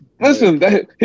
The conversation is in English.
Listen